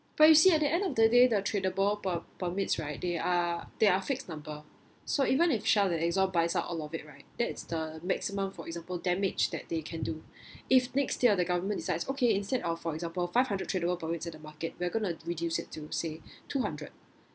but you see at the end of the day the tradable per~ permits right they are they are fixed number so even if shell and exxon buys our all of it right that is the maximum for example damage that they can do if next year the government decides okay instead of for example five hundred tradable permits at the market we're gonna reduce it to say two hundred